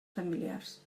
familiars